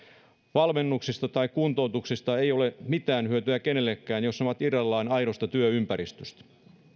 valmennuksista tai kuntoutuksista ei ole mitään hyötyä kenellekään jos ne ovat irrallaan aidosta työympäristöstä